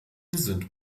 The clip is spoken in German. sind